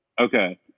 okay